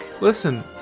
Listen